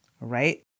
right